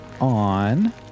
on